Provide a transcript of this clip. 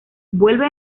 vuelve